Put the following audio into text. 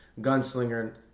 gunslinger